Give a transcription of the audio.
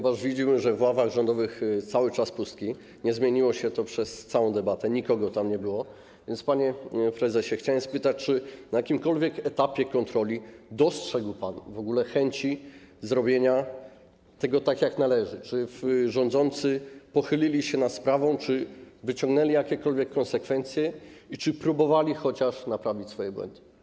Widzimy, że w ławach rządowych cały czas pustki, nie zmieniło się to przez całą debatę, nikogo tam nie było, więc, panie prezesie, chciałem spytać, czy na jakimkolwiek etapie kontroli dostrzegł pan w ogóle chęci zrobienia tego tak, jak należy, czy rządzący pochylili się nad sprawą, czy wyciągnęli jakiekolwiek konsekwencje i czy chociaż próbowali naprawić swoje błędy?